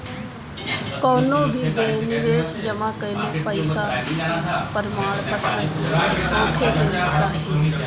कवनो भी निवेश जमा कईल पईसा कअ प्रमाणपत्र होखे के चाही